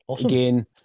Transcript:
again